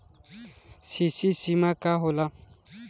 CC सीमा का होला?